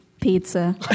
pizza